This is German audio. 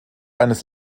eines